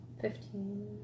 Fifteen